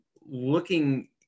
looking